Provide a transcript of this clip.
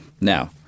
Now